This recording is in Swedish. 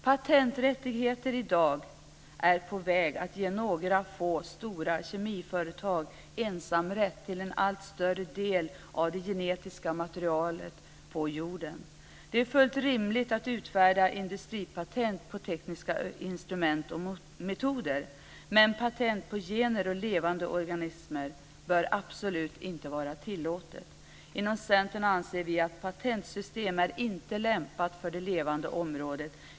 Patenträttigheter är i dag på väg att ge några få stora kemiföretag ensamrätt till en allt större del av det genetiska materialet på jorden. Det är fullt rimligt att utfärda industripatent på tekniska instrument och metoder, men patent på gener och levande organismer bör absolut inte vara tillåtet. Inom Centern anser vi att patentsystem inte är lämpat för det levande området.